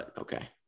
okay